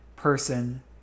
person